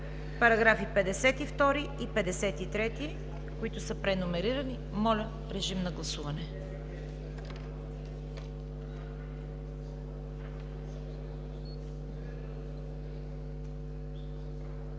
параграфи 52 и 53, които са преномерирани. Моля, режим на гласуване.